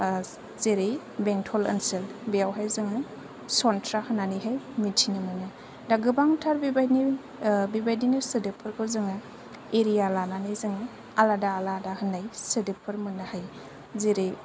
जेरै बेंथल ओनसोल बेवहाय जोङो सन्थ्रा होन्नानै हाय मिथिनो मोनो दा गोबांथार बेबायदिनो बेबायदिनो सोदोबफोरखौ जोङो एरिया लानानै जोङो आलादा आलादा होन्नाय सोदोबफोर मोन्नो हायो जेरै